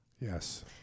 Yes